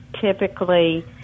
typically